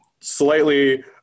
slightly